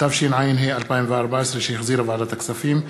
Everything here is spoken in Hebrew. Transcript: התשע"ה 2014,